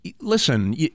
listen